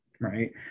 Right